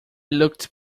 looked